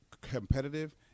competitive